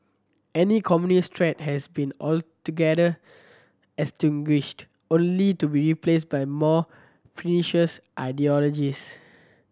any communist threat has been altogether extinguished only to be replaced by more pernicious ideologies